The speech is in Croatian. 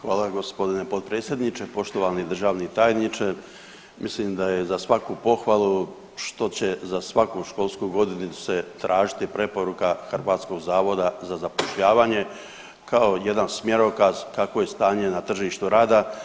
Hvala gospodine potpredsjedniče, poštovani državni tajniče mislim da je za svaku pohvalu što će za svaku školsku godinu tražiti se preporuka Hrvatskog zavoda za zapošljavanje kao jedan smjerokaz kakvo je stanje na tržištu rada.